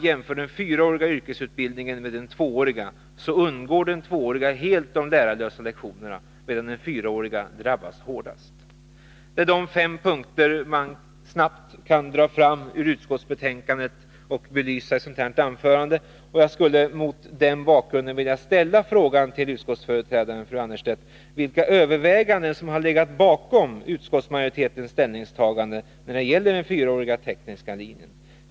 Jämför vi den fyraåriga yrkesutbildningen med den tvååriga, ser vi att den tvååriga helt undgår lärarlösa lektioner, medan den fyraåriga drabbas hårdast. Det är de fem punkter man snabbt kan dra fram ur utskottsbetänkandet och belysa i ett anförande. Jag skulle mot den bakgrunden vilja ställa frågan till utskottets företrädare, fru Annerstedt: Vilka överväganden har legat bakom utskottsmajoritetens ställningstagande när det gäller den fyraåriga tekniska linjen?